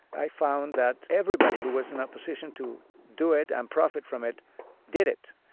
i found that everybody who was in a position to do it and profit from it did it.